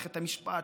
במערכת המשפט,